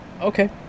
okay